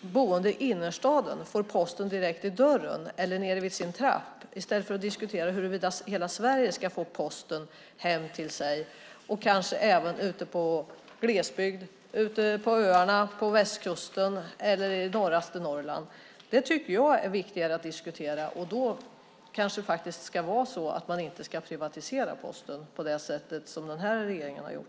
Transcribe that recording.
boende i innerstaden får posten direkt i dörren eller nere i trapphuset än att diskutera huruvida hela Sverige ska få posten hem till sig - även i glesbygd, på öarna på västkusten eller i nordligaste Norrland. Jag tycker att det är viktigare att diskutera. Man kanske inte ska privatisera Posten så som den här regeringen har gjort.